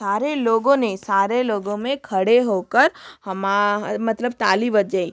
सारे लोगों ने सारे लोगों ने खड़े हो कर हमा मतलब ताली बजाई